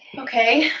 okay.